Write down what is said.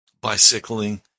Bicycling